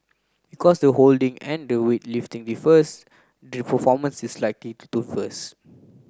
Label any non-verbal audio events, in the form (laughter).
because the holding and the weighting differs the performance is likely to differs (noise)